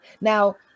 Now